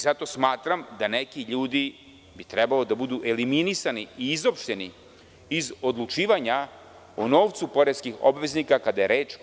Zato smatram da neki ljudi bi trebali da budu eliminisani i izopšteni iz odlučivanja o novcu poreskih obveznika, kada je reč o KiM.